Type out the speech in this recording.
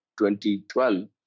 2012